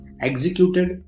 executed